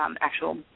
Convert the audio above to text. actual